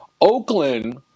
Oakland